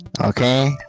Okay